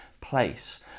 place